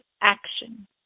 action